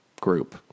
group